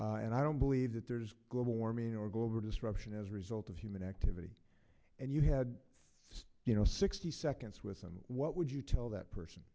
and i don't believe that there's global warming or global destruction as a result of human activity and you had you know sixty seconds with what would you tell that person